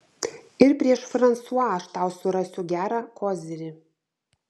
ir prieš fransua aš tau surasiu gerą kozirį